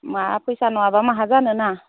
मा फैसा नङाब्ला माहा जानो ना